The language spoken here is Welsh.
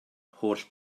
holl